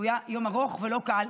שהיה יום ארוך ולא קל,